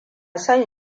son